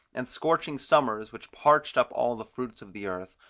and scorching summers which parched up all the fruits of the earth,